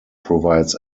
provides